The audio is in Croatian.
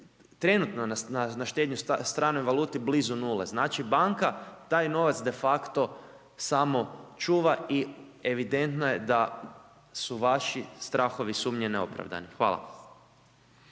trenutno na štednju u stranoj valuti blizu nule, znači banka taj novac de facto samo čuva i evidentno da su vaši strahovi sumnje neopravdani. Hvala.